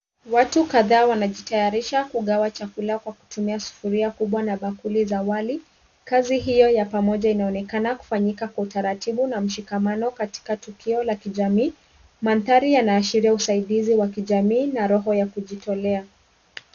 Watu kadhaa wanajitayarisha kugawa chakula kwa kutumia sufuria kubwa na bakuli za wali. Kazi hio ya pamoja inaonekana kufinyaka kwa utaratibu na mshikamano katika tukio la kijamii. Mandhari yanaashiria usaidizi wa kijamii na roho ya kujitolea.